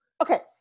Okay